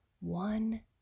one